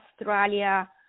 Australia